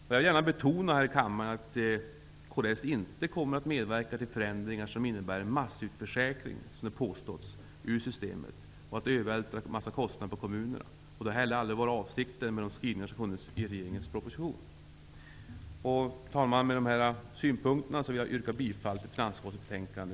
Jag vill gärna här i kammaren betona att kds inte kommer att medverka till förändringar som innebär en ''massutförsäkring'' ur systemet -- som det påståtts -- och ett övervältrande av en hel del kostnader på kommunerna. Detta har heller aldrig varit avsikten med de skrivningar som finns i regeringens proposition. Herr talman! Med dessa synpunkter yrkar jag bifall till hemställan i finansutskottets betänkande